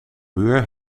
muur